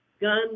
Gun